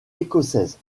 écossaise